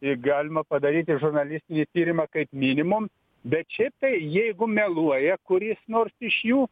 ir galima padaryti žurnalistinį tyrimą kaip minimum bet šiaip tai jeigu meluoja kuris nors iš jų